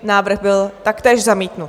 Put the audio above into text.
Návrh byl taktéž zamítnut.